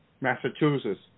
Massachusetts